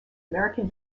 american